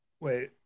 Wait